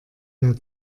der